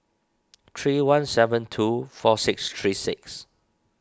three one seven two four six three six